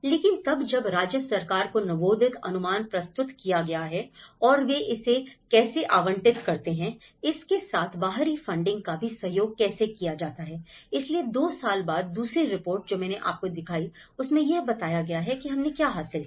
लेकिन तब जब राज्य सरकार को नवोदित अनुमान प्रस्तुत किया गया है और वे इसे कैसे आवंटित करते हैं इसके साथ बाहरी फंडिंग का भी सहयोग कैसे किया जाता है इसलिए 2 साल बाद दूसरी रिपोर्ट जो मैंने आपको दिखाई उसमें यह बताया गया है कि हमने क्या हासिल किया